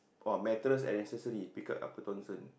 oh mattress and accessory pick up Upper-Thomson